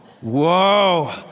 whoa